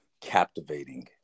captivating